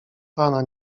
pana